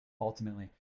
ultimately